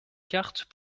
cartes